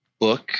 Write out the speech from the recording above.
book